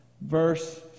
verse